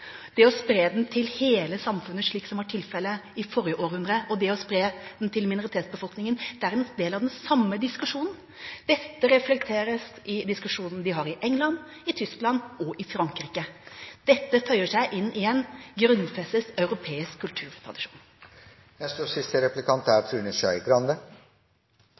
spre den til hele samfunnet, slik tilfellet var i forrige århundre, og det å spre den til minoritetsbefolkningen er en del av den samme diskusjonen. Dette reflekteres i diskusjonen de har i England, i Tyskland og i Frankrike. Dette føyer seg inn i en grunnfestet europeisk kulturtradisjon. Jeg skjønner at kulturministeren har lest både tildelingsbrevet fra andre statsråder og